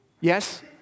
Yes